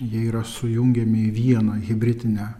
jie yra sujungiami į vieną hibridinę